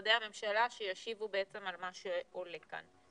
משרדי הממשלה שישיבו על מה שקורה כאן.